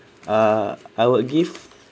ah I would give